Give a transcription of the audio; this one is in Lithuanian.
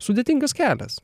sudėtingas kelias